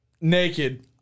Naked